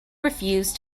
refused